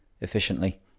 efficiently